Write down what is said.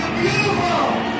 Beautiful